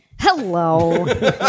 Hello